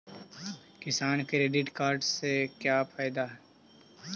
किसान credit card से का फायदा है?